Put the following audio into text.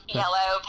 yellow